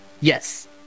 Yes